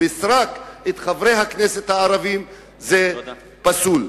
בסרק את חברי הכנסת הערבים ולייפות צד אחד, פסול.